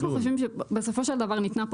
אנחנו חושבים שבסופו של דבר ניתנה פה